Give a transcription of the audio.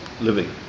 living